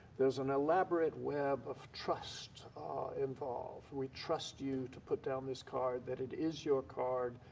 there's an elaborate web of trust involved. we trust you to put down this card, that it is your card,